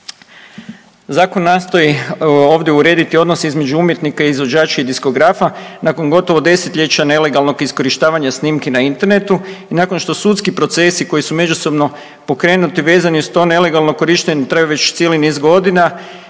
Zakon nastoji ovdje urediti odnose između umjetnika, izvođača i diskografa nakon gotovo desetljeća nelegalnog iskorištavanja snimki na Internetu i nakon što sudski procesi koji su međusobno pokrenuti vezani uz to nelegalno korištenje traju već cijeli niz godina